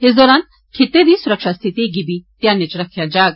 इस दौरान खित्ते दी सुरक्षा स्थिति गी बी ध्यानै च रक्खेआ जाग